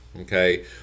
okay